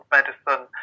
medicine